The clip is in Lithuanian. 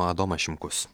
adomas šimkus